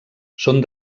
són